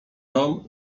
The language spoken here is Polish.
dom